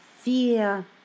fear